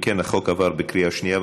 אם כן, החוק עבר בקריאה שנייה.